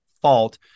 fault